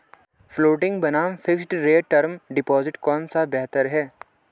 Floating बनाम fixed rate term deposit कौन सा बेहतर है?